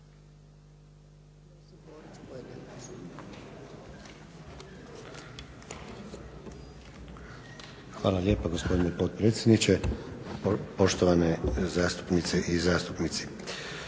Hvala lijepa gospodine potpredsjedniče, poštovane zastupnice i zastupnici.